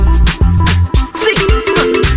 See